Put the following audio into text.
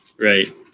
right